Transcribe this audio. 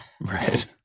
right